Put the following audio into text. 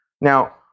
Now